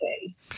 days